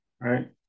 right